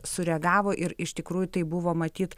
sureagavo ir iš tikrųjų tai buvo matyt